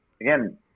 again